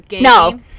no